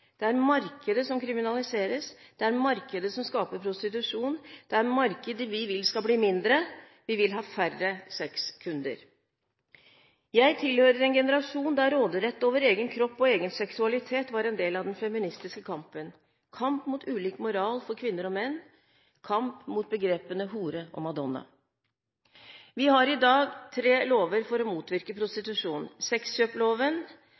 Det er markedet som kriminaliseres, det er markedet som skaper prostitusjon, og det er markedet vi vil skal bli mindre, vi vil ha færre sexkunder. Jeg tilhører en generasjon der råderett over egen kropp og egen seksualitet var en del av den feministiske kampen: kamp mot ulik moral for kvinner og menn, kamp mot begrepene hore og madonna. Vi har i dag tre lover for å motvirke